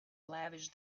lavish